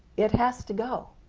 it has to go,